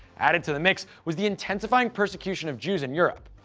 added to the mix was the intensifying persecution of jews in europe.